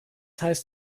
heißt